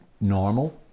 normal